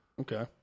Okay